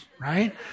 right